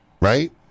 right